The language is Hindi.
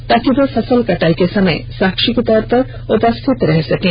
ताकि वह फसल कटाई के समय साक्षी के तौर पर उपस्थित रह सकें